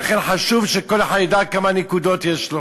לכן חשוב שכל אחד ידע כמה נקודות יש לו.